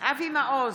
אבי מעוז,